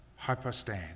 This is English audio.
hyperstand